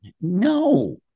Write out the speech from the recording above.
no